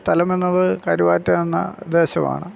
സ്ഥലമെന്നത് കരുവാറ്റ എന്ന ദേശവാണ്